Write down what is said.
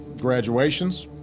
graduations,